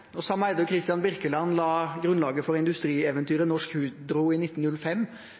og Sam Eyde og Kristian Birkeland la grunnlaget for industrieventyret Norsk Hydro i 1905,